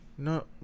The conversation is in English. No